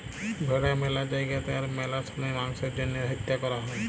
ভেড়া ম্যালা জায়গাতে আর ম্যালা সময়ে মাংসের জ্যনহে হত্যা ক্যরা হ্যয়